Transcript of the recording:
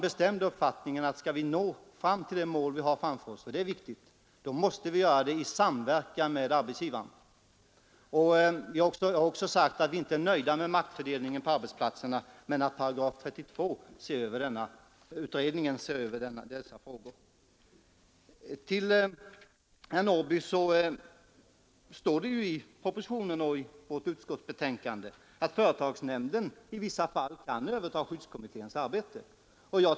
Om vi skall nå fram till det mål vi har framför oss, vilket är viktigt, måste vi göra detta i samverkan med arbetsgivarna, Jag har sagt att vi inte är nöjda med maktfördelningen på arbetsplatserna, men § 32-utredningen skall se över dessa frågor. Till herr Norrby vill jag säga att det såväl i propositionen som i utskottsbetänkandet står att företagsnämnden i vissa fall kan överta skyddskommitténs arbete.